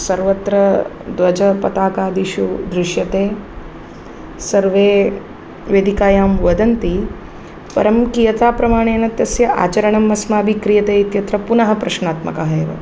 सर्वत्र ध्वजपटाकादिषु दृश्यते सर्वे वेदिकायां वदन्ति परं कीयताप्रमाणेन तस्य आचरणम् अस्माभिः क्रियते इत्यत्र पुनः प्रश्नात्मकः एव